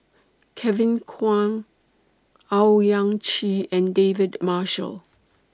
Kevin Kwan Owyang Chi and David Marshall